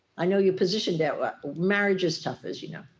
i know you positioned that marriage is tough, as you know.